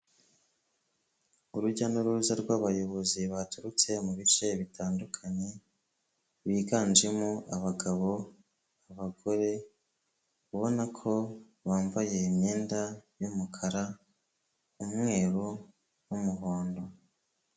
Urujya n'uruza rw'abayobozi baturutse mu bice bitandukanye biganjemo abagabo abagore, ubona ko bambaye imyenda y'umukara, umweru n'umuhondo.